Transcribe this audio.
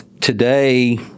today